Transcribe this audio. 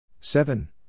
seven